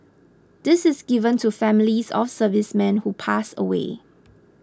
this is given to families of servicemen who pass away